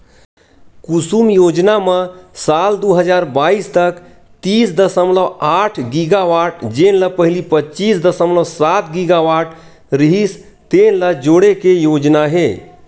कुसुम योजना म साल दू हजार बाइस तक तीस दसमलव आठ गीगावाट जेन ल पहिली पच्चीस दसमलव सात गीगावाट रिहिस तेन ल जोड़े के योजना हे